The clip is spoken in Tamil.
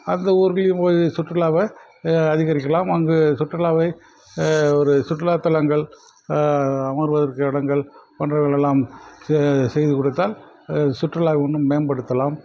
அந்த ஊர்லேயும் போய் சுற்றுலாவை அதிகரிக்கலாம் அங்கு சுற்றுலாவை ஒரு சுற்றுலாத் தலங்கள் அமர்வதற்கு இடங்கள் போன்றவைகள் எல்லாம் செ செய்து கொடுத்தால் சுற்றுலாவை இன்னும் மேம்படுத்தலாம்